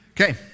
Okay